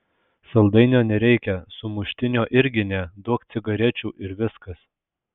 saldainio nereikia sumuštinio irgi ne duok cigarečių ir viskas